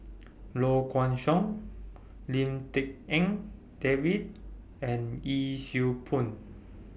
Low Kway Song Lim Tik En David and Yee Siew Pun